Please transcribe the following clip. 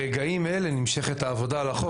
ברגעים אלה נמשכת העבודה על החוק.